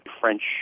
French